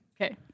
okay